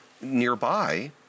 nearby